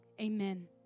Amen